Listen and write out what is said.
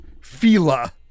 Fila